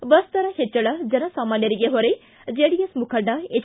ಿ ಬಸ್ ದರ ಹೆಚ್ಚಳ ಜನಸಾಮಾನ್ಗರಿಗೆ ಹೊರೆ ಜೆಡಿಎಸ್ ಮುಖಂಡ ಹೆಚ್